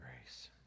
grace